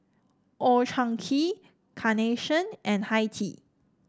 Old Chang Kee Carnation and Hi Tea